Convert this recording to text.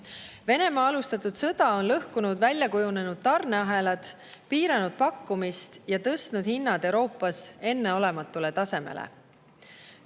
Venemaa alustatud sõda on lõhkunud väljakujunenud tarneahelad, piiranud pakkumist ja tõstnud hinnad Euroopas enneolematule tasemele.